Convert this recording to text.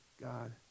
God